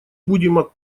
будем